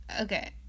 Okay